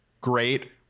Great